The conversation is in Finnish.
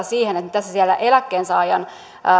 siihen mitä se siellä eläkkeensaajan